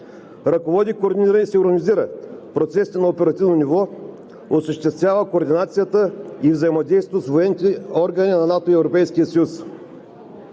ръководи, координира и синхронизира процесите на оперативно ниво, осъществява координацията и взаимодействието с военните органи на НАТО и